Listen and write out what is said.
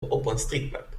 openstreetmap